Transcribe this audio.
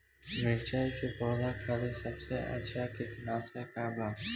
मिरचाई के पौधा खातिर सबसे अच्छा कीटनाशक का बा?